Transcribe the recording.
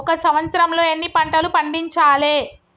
ఒక సంవత్సరంలో ఎన్ని పంటలు పండించాలే?